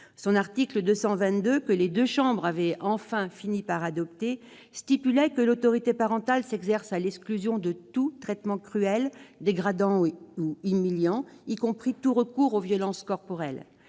Son article 222, que les deux chambres avaient enfin fini par adopter, disposait que l'autorité parentale s'exerce à l'exclusion de « tout traitement cruel, dégradant ou humiliant, y compris tout recours aux violences corporelles